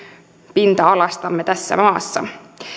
pinta alastamme tässä maassa